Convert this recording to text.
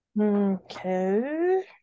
Okay